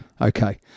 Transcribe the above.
Okay